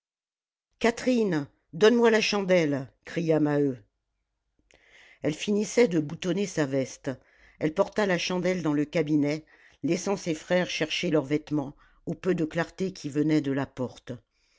catherine donne-moi la chandelle cria maheu elle finissait de boutonner sa veste elle porta la chandelle dans le cabinet laissant ses frères chercher leurs vêtements au peu de clarté qui venait de la porte